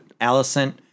Allison